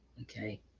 okay